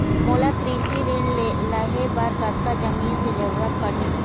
मोला कृषि ऋण लहे बर कतका जमीन के जरूरत पड़ही?